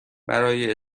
برای